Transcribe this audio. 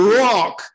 rock